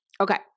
Okay